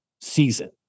season